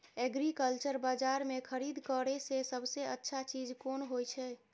Agriculture बाजार में खरीद करे से सबसे अच्छा चीज कोन होय छै?